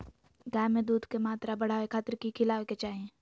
गाय में दूध के मात्रा बढ़ावे खातिर कि खिलावे के चाही?